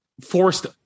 forced